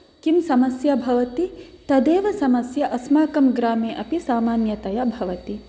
किं समस्या भवति तदेव समस्या अस्माकं ग्रामे अपि सामान्यतया भवति